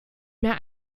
mehr